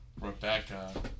Rebecca